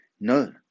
no